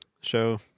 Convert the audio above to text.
show